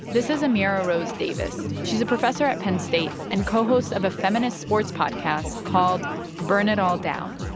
this is amira rose davis. she's a professor at penn state and co-host of a feminist sports podcast called burn it all down.